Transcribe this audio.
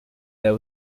there